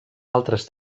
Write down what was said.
altres